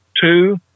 two